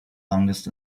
longest